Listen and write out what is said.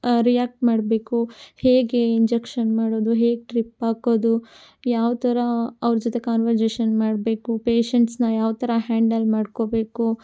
react ಮಾಡಬೇಕು ಹೇಗೆ injection ಮಾಡೋದು ಹೇಗೆ ಡ್ರಿಪ್ ಹಾಕೋದು ಯಾವ ಥರ ಅವ್ರ ಜೊತೆ ಕಾನ್ವರ್ಸೆಷನ್ ಮಾಡಬೇಕು ಪೇಷೆಂಟ್ಸ್ನ ಯಾವ ಥರ ಹ್ಯಾಂಡಲ್ ಮಾಡ್ಕೋಬೇಕು